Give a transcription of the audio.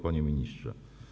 Panie Ministrze!